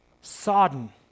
sodden